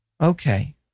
Okay